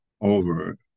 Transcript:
over